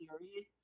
series